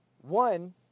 one